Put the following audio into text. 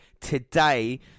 today